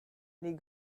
les